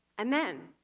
and then,